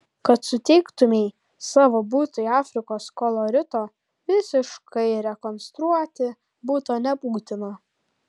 kad suteiktumei savo butui afrikos kolorito visiškai rekonstruoti buto nebūtina